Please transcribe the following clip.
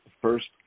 first